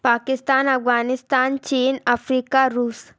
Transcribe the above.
Pakistan Afghanistan China Africa Russia